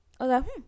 Okay